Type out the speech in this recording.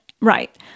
right